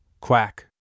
Quack